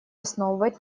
основывать